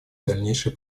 дальнейший